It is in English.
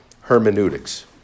hermeneutics